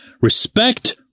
Respect